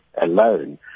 alone